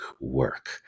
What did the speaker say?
work